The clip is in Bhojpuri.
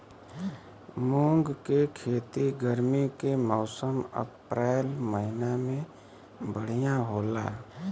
मुंग के खेती गर्मी के मौसम अप्रैल महीना में बढ़ियां होला?